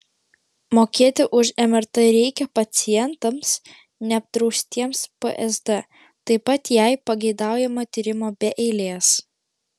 mokėti už mrt reikia pacientams neapdraustiems psd taip pat jei pageidaujama tyrimo be eilės